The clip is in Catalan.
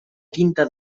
quinta